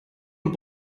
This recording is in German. und